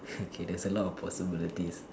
okay there's a lot of possibilities